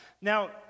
Now